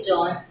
John